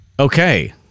Okay